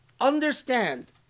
understand